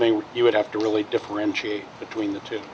think you would have to really differentiate between the two